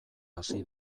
hasi